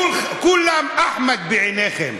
כולם אחמד בעיניכם.